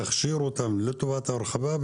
יכשירו אותם לטובת הרחבה,